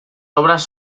obras